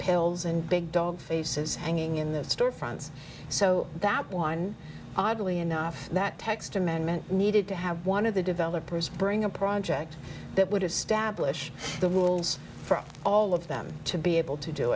pills and big dog faces hanging in the store fronts so that one oddly enough that text amendment needed to have one of the developers bring a project that would establish the rules for all of them to be able to do